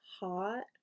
hot